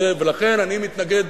לכן אני מתנגד,